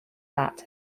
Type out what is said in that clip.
that